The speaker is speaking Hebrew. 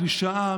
הקלישאה,